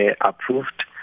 approved